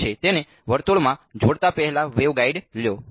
તેને વર્તુળમાં જોડતા પહેલા વેવગાઈડ લો